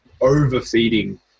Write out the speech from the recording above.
overfeeding